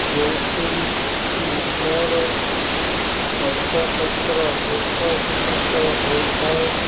ଯୋଉଥିରେ କିି ମୋର ଗଛ ପତ୍ର ହୃଷ୍ଟପୃଷ୍ଟ ହୋଇଥାଏ